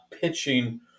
pitching